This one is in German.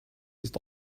ist